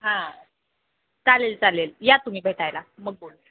हां चालेल चालेल या तुम्ही भेटायला मग बोलू